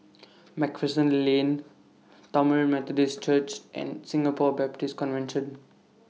MacPherson Lane Tamil Methodist Church and Singapore Baptist Convention